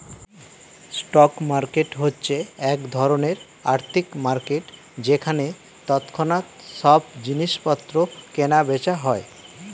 stock market হচ্ছে এক ধরণের আর্থিক মার্কেট যেখানে তৎক্ষণাৎ সব জিনিসপত্র কেনা বেচা হয়